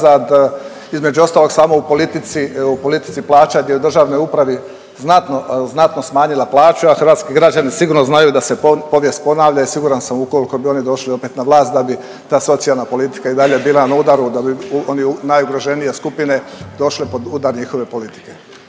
Između ostalog samo u politici plaća gdje u državnoj upravi znato smanjila plaću, a hrvatski građani sigurno znaju da se povijest ponavlja i siguran sam ukoliko bi oni opet došli na vlast da bi ta socijalna politika i dalje bila na udaru da bi one najugroženije skupine došle pod udar njihove politike.